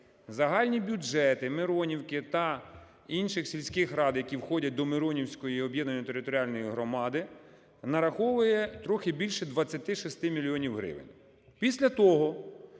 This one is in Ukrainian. загальні бюджети Миронівки та інших сільських рад, які входять доМиронівської об'єднаної територіальної громади, нараховує трохи більше 26 мільйонів гривень. Після того,